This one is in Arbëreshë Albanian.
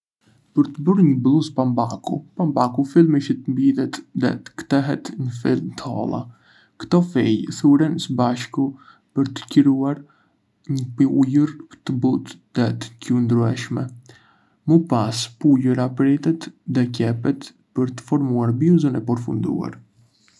Për të bërë një bluzë pambuku, pambuku fillimisht mblidhet dhe kthehet në fije të holla. ktò fije thuren së bashku për të krijuar një pëlhurë të butë dhe të qëndrueshme. Më pas, pëlhura pritet dhe qepet për të formuar bluzën e përfunduar.